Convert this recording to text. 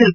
L